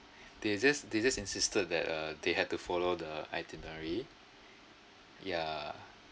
they just they just insisted that uh they had to follow the itinerary yeah